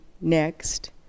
next